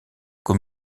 qu’au